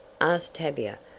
asked tavia.